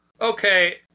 Okay